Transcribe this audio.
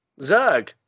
Zerg